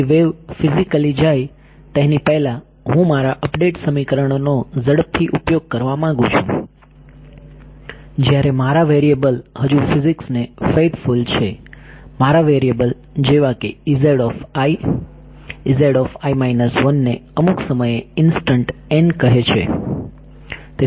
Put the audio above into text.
તેથી wave physically જાય તેની પહેલા હું મારા અપડેટ સમીકરણોનો ઝડપથી ઉપયોગ કરવા માંગુ છું જ્યારે મારા વેરિએબલ હજુ ફિઝીક્સને ફૈધફૂલ છે મારા વેરિએબલ જેવાકે ને અમુક સમયે ઇન્સ્ટન્ટ n કહે છે